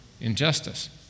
injustice